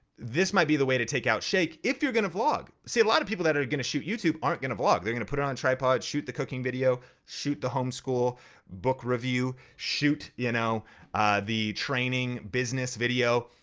this might be the way to take out shake if you're gonna vlog. see, a lot of people that are gonna shoot youtube aren't gonna vlog they're gonna put it on tripod, shoot the cooking video, shoot the homeschool book review, shoot you know the training business video,